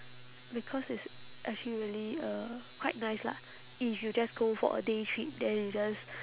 because it's actually really uh quite nice lah if you just go for a day trip then you just